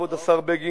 כבוד השר בגין,